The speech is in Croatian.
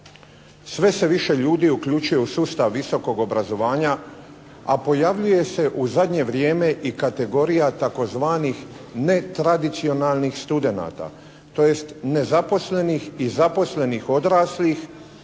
Sve se više ljudi uključuje u sustav visokog obrazovanja, a pojavljuje se u zadnje vrijeme i kategorija tzv. netradicionalnih studenata, tj. nezaposlenih i zaposlenih odraslih